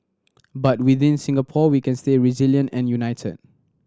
but within Singapore we can stay resilient and united